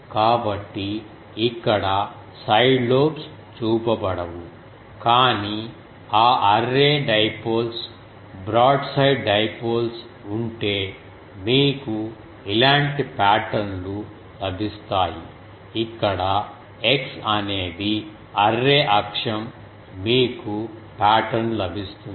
కాబట్టి ఇక్కడ side lobes చూపబడవు కానీ ఆ అర్రే డైపోల్స్ బ్రాడ్సైడ్ డైపోల్స్ ఉంటే మీకు ఇలాంటి పాటర్న్ లు లభిస్తాయి ఇక్కడ x అనేది అర్రే అక్షం మీకు పాటర్న్ లభిస్తుంది